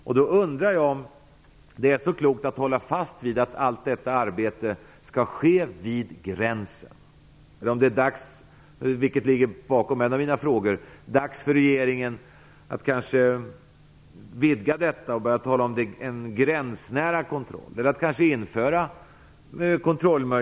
Därför undrar jag om det är så klokt att hålla fast vid att allt arbete skall ske vid gränsen, eller om det är dags för regeringen att utvidga kontrollen så att man kan tala om en gränsnära kontroll, vilket är bakgrunden till en av mina frågor.